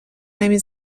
نمی